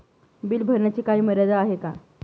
Bill भरण्याची काही मर्यादा आहे का?